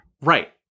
Right